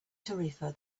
tarifa